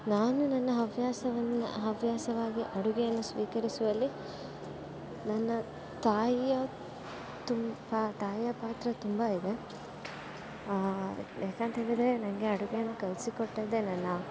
ನಾನು ನನ್ನ ಹವ್ಯಾಸವನ್ನು ಹವ್ಯಾಸವಾಗಿ ಅಡುಗೆಯನ್ನು ಸ್ವೀಕರಿಸುವಲ್ಲಿ ನನ್ನ ತಾಯಿಯ ತುಂಬ ತಾಯಿಯ ಪಾತ್ರ ತುಂಬ ಇದೆ ಯಾಕೆಂತ್ಹೇಳಿದ್ರೇ ನನಗೆ ಅಡುಗೆಯನ್ನು ಕಲಿಸಿ ಕೊಟ್ಟಿದ್ದೇ ನನ್ನ